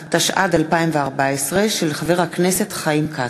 התשע"ד 2014, של חבר הכנסת חיים כץ,